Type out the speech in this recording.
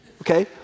Okay